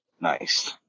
Nice